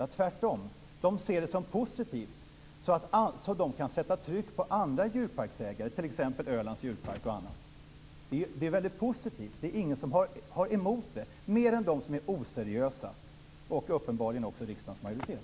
De ser det tvärtom som positivt så att de kan sätta tryck på andra djurparksägare, t.ex. Ölands djurpark. Det är väldigt positivt. Det är ingen som har något emot det, mer än de som är oseriösa - och uppenbarligen också riksdagens majoritet.